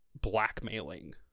blackmailing